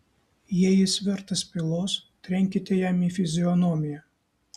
jei jis vertas pylos trenkite jam į fizionomiją